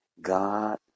God